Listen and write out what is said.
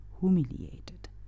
humiliated